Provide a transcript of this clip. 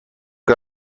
che